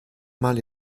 mal